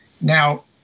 Now